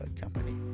company